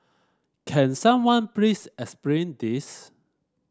can someone please explain this